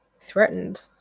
threatened